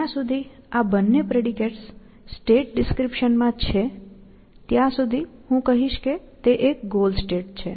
જ્યાં સુધી આ બંને પ્રેડિકેટ્સ સ્ટેટ ડિસ્ક્રિપ્શન માં છે ત્યાં સુધી હું કહીશ કે તે એક ગોલ સ્ટેટ છે